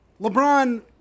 LeBron